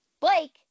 blake